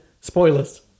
spoilers